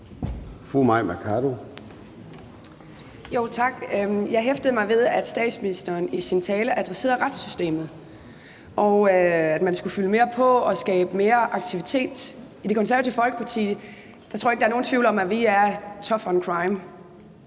Mai Mercado (KF): Tak. Jeg hæftede mig ved, at statsministeren i sin tale adresserede retssystemet, og at man skulle fylde mere på og skabe mere aktivitet. Jeg tror ikke, der er nogen tvivl om, at vi i Det Konservative